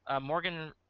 Morgan